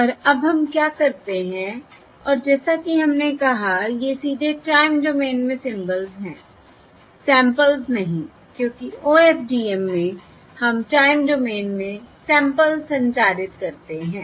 और अब हम क्या करते हैं और जैसा कि हमने कहा ये सीधे टाइम डोमेन में सिम्बल्स हैं सैंपल्स नहीं क्योंकि OFDM में हम टाइम डोमेन में सैंपल्स संचारित करते हैं